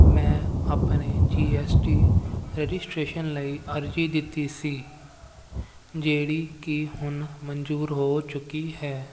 ਮੈਂ ਆਪਣੇ G S T registration ਲਈ ਅਰਜ਼ੀ ਦਿੱਤੀ ਸੀ ਜਿਹੜੀ ਕਿ ਹੁਣ ਮਨਜ਼ੂਰ ਹੋ ਚੁੱਕੀ ਹੈ